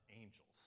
angels